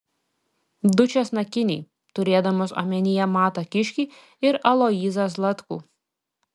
du česnakiniai turėdamas omenyje matą kiškį ir aloyzą zlatkų